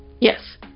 Yes